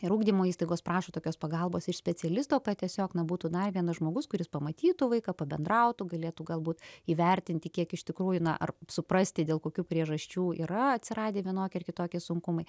ir ugdymo įstaigos prašo tokios pagalbos iš specialisto tiesiog na būtų dar vienas žmogus kuris pamatytų vaiką pabendrautų galėtų galbūt įvertinti kiek iš tikrųjų na ar suprasti dėl kokių priežasčių yra atsiradę vienokie ar kitokie sunkumai